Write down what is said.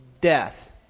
death